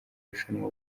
rushanwa